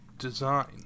design